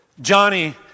Johnny